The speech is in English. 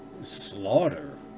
slaughter